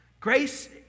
Grace